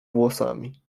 włosami